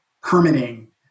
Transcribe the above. permitting